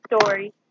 story